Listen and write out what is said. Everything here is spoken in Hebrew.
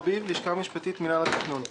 אנחנו